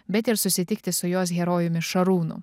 bet ir susitikti su jos herojumi šarūnu